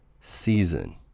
season